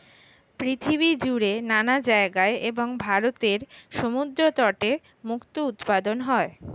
পৃথিবী জুড়ে নানা জায়গায় এবং ভারতের সমুদ্র তটে মুক্তো উৎপাদন হয়